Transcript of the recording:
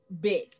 big